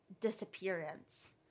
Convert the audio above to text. disappearance